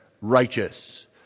righteous